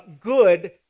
good